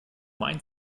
mein